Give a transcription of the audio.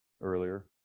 earlier